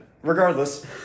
Regardless